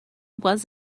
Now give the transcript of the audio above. was